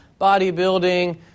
bodybuilding